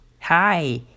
Hi